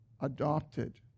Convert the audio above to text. adopted